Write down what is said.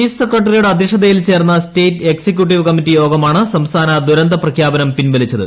chief സെക്രൂട്ടറീയുടെ അധ്യക്ഷതയിൽ ചേർന്ന സ്റ്റേറ്റ് എക്സിക്യൂട്ടീവ് കമ്മിറ്റി യ്യോഗമാണ് സംസ്ഥാന ദുരന്ത പ്രഖ്യാപനം പിൻവലിച്ചത്